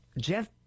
Jeff